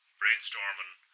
brainstorming